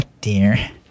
dear